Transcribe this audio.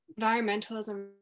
environmentalism